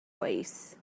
waist